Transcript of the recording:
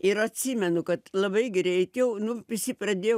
ir atsimenu kad labai greit jau nu visi pradėjo